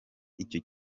icyo